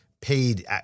paid